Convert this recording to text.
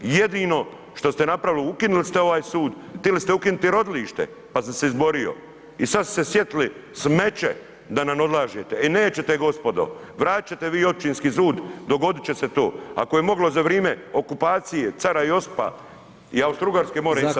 Jedino što ste napravili, ukinuli ste ovaj sud, htjeli ste ukinuti i rodilište pa sam se izborio i sad ste se sjetili smeće da nam odlažete, e nećete, gospodo, vratit ćete vi općinski sud, dogodit će se to, ako je moglo za vrijeme okupacije, cara Josipa i Austrougarske, može i sada.